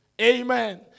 Amen